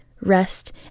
rest